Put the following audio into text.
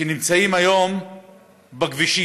שנמצאים היום בכבישים,